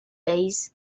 days